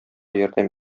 ярдәм